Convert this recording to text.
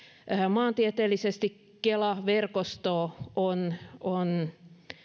maantieteellisesti kela verkostoa on on